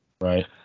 Right